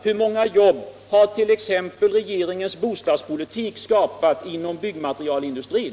Hur många jobb hart.ex. regeringens bostadspolitik skapat inom byggmaterialindustrin?